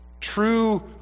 True